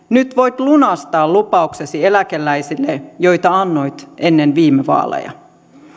nyt voit lunastaa lupauksesi eläkeläisille joita annoit ennen viime vaaleja